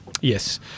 Yes